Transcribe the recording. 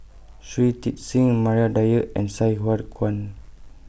Shui Tit Sing Maria Dyer and Sai Hua Kuan